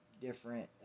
different